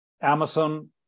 Amazon